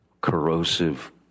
corrosive